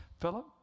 Philip